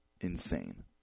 insane